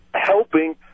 helping